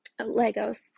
Legos